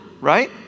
right